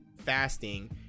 fasting